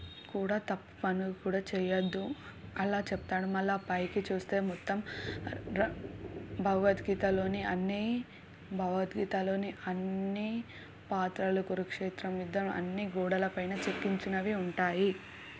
కూడా తప్పులు కూడా చేయవద్దు అలా చెప్తాడు మళ్ళీ పైకి చూస్తే మొత్తం భగవద్గీతలోని అన్నీ అన్నీ భగవద్గీతలోని అన్ని పాత్రల కురుక్షేత్రం యుద్ధం అన్ని గోడల పైన చెక్కించినవి ఉంటాయి